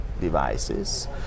devices